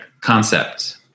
concept